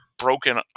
broken